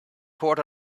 court